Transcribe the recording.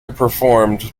performed